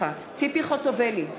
ציפי חוטובלי,